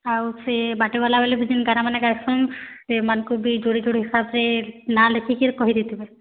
ଆଉ ସେ ବାଟେ ଗଲାବେଲେ ବି ଯେନ୍ ଗାନାମାନେ ଗାଏସୁଁ ସେମାନ୍ଙ୍କୁ ବି ଯୁଡ଼ି ଯୁଡ଼ି ହିସାବ୍ରେ ନାଁ ଲେଖିକିରି କହିଦେଇଥିବେ